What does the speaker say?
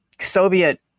Soviet